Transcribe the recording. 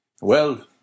Well